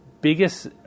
biggest